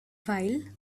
while